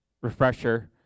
refresher